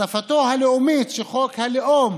שפתו הלאומית" שחוק הלאום